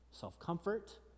Self-comfort